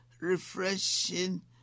refreshing